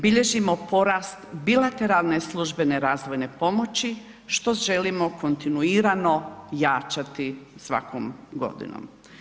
Bilježimo porast bilateralne službene razvojne pomoći što želimo kontinuirano jačati svakom godinom.